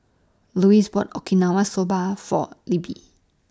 Louise bought Okinawa Soba For Libbie